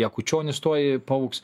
jakučionis tuoj paaugs